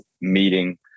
meeting